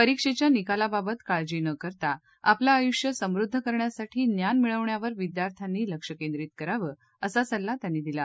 परिक्षेच्या निकालाबाबत काळजी न करता आपलं आयुष्य समृद्ध करण्यासाठी ज्ञान मिळवण्यावर विद्यार्थ्यांनी लक्ष केंद्रीत करावं असा सल्ला त्यांनी दिला